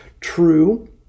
True